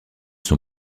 son